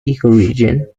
ecoregion